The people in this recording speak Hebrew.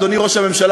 אדוני ראש הממשלה,